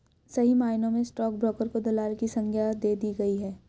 सही मायनों में स्टाक ब्रोकर को दलाल की संग्या दे दी जाती है